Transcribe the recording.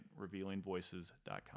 RevealingVoices.com